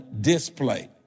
display